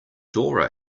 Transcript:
dora